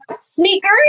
Sneakers